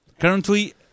currently